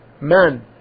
man